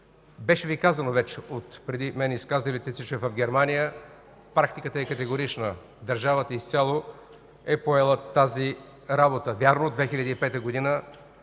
Беше Ви казано вече от преди мен изказалите се, че в Германия практиката е категорична – държавата изцяло е поела тази работа. Вярно, че през